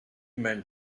man